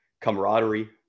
camaraderie